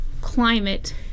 climate